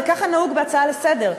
ככה נהוג בהצעה לסדר-היום,